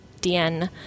DN